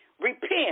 Repent